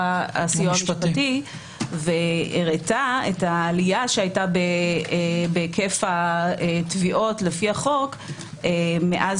המשפטי והראתה את העלייה שהיתה בהיקף התביעות לפי החוק מאז